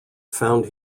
found